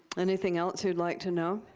anything else you'd like to know?